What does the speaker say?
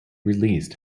released